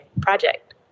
project